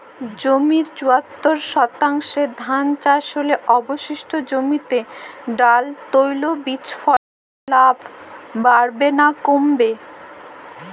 জমির চুয়াত্তর শতাংশে ধান চাষ হলে অবশিষ্ট জমিতে ডাল তৈল বীজ ফলনে লাভ বাড়বে না কমবে?